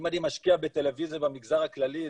אם אני משקיע בטלוויזיה במגזר הכללי,